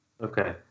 Okay